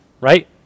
Right